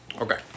Okay